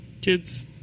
Kids